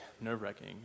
nerve-wracking